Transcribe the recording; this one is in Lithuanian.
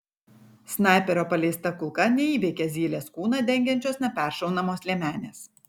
snaiperio paleista kulka neįveikia zylės kūną dengiančios neperšaunamos liemenės